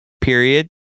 period